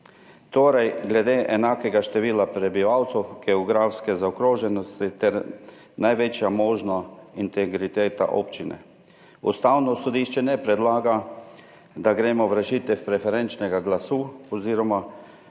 Torej glede enakega števila prebivalcev, geografske zaokroženosti ter največja možna integriteta občine Ustavno sodišče ne predlaga, da gremo v rešitev preferenčnega glasu oziroma,